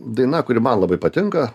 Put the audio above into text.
daina kuri man labai patinka